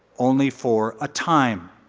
only for a time.